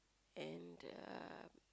and uh